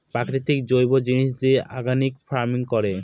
প্রাকৃতিক জৈব জিনিস দিয়ে অর্গানিক ফার্মিং করে